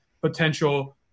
potential –